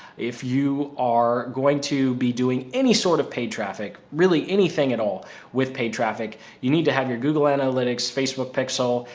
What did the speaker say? if you are going to be doing any sort of paid traffic, really anything at all with paid traffic, you need to have your google analytics, facebook pixel,